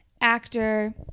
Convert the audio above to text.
actor